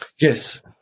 Yes